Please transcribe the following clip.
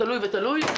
תלוי ותלוי,